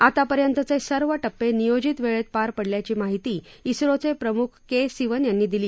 आतापर्यंतचे सर्व टप्पे नियोजित वेळेत पार पडल्याची माहिती इस्रोचे प्रमुख के सिवन यांनी दिली